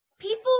people